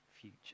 future